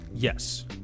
Yes